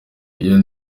iyo